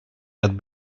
had